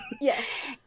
Yes